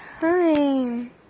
Hi